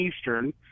Eastern